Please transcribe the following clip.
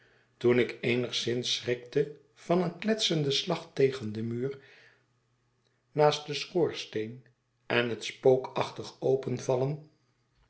toen ik eenigszins schrikte van een kletsenden slag tegen den muur naast den schoorsteen en het spookachtig openvallen